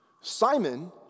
Simon